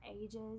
ages